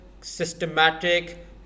systematic